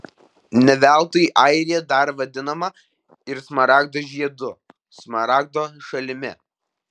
ne veltui airija dar vadinama ir smaragdo žiedu smaragdo šalimi